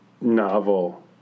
novel